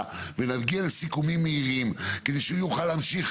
ונגיע לסיכומים מהירים כדי שהוא יוכל להמשיך